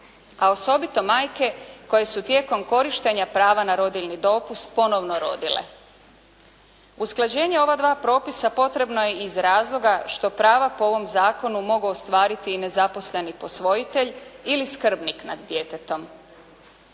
a osobito majke koje su tijekom korištenja prava na rodiljni dopust ponovno rodile. Usklađenje ova dva propisa potrebno je iz razloga što prava po ovom zakonu mogu ostvariti i nezaposleni posvojitelj ili skrbnik nad djetetom.